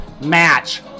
match